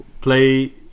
play